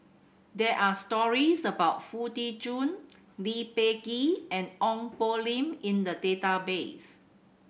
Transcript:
there are stories about Foo Tee Jun Lee Peh Gee and Ong Poh Lim in the database